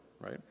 right